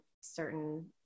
certain